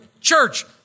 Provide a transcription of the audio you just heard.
church